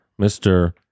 mr